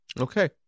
Okay